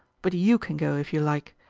but you can go if you like.